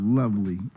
lovely